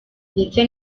ndetse